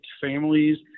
families